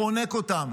חונק אותם,